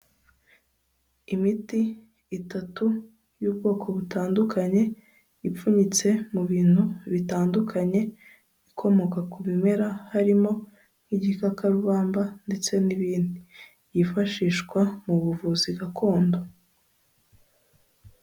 Imiti itatu y'ubwoko butandukanye, ipfunyitse mu bintu bitandukanye, ikomoka ku bimera, harimo nk'igikakarubamba ndetse n'ibindi byifashishwa mu buvuzi gakondo.